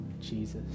jesus